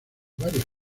varias